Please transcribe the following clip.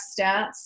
stats